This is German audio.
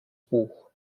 buch